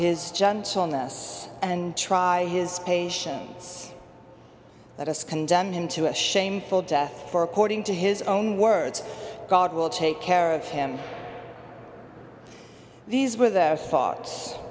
his gentleness and try his patience let us condemn him to a shameful death for according to his own words god will take care of him these were their thoughts